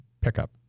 pickup